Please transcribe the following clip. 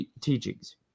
teachings